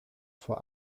vor